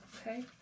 okay